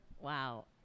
Wow